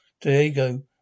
Diego